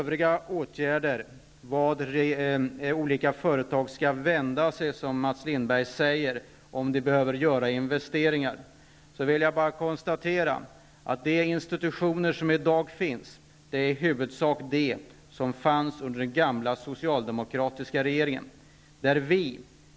Vart skall företagen vända sig om de behöver göra investeringar? frågade Mats Lindberg. Jag konstaterar att det är till de institutioner som i dag i huvudsak är de som fanns under den socialdemokratiska regeringstiden.